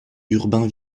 urbain